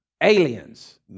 aliens